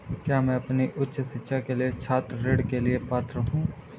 क्या मैं अपनी उच्च शिक्षा के लिए छात्र ऋण के लिए पात्र हूँ?